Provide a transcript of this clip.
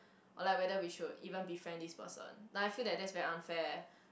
or like whether we should even befriend this person like I feel like that's very unfair